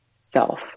self